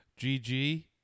GG